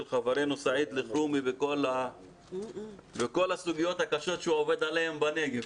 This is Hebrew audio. חברנו סעיד אלחרומי וכל הסוגיות הקשות שהוא עובד עליהן בנגב.